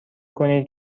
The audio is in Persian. کنید